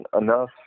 enough